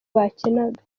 bakinaga